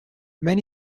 many